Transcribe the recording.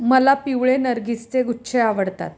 मला पिवळे नर्गिसचे गुच्छे आवडतात